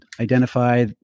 identify